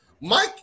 Mike